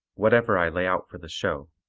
whatever i lay out for the show,